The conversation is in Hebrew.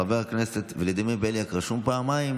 חבר הכנסת יצחק פינדרוס,